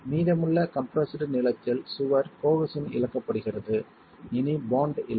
மீதமுள்ள கம்ப்ரெஸ்டு நீளத்தில் சுவர் கோஹெஸின் இழக்கப்படுகிறது இனி பாண்ட் இல்லை